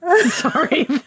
sorry